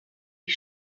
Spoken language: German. die